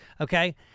Okay